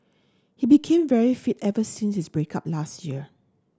he became very fit ever since his break up last year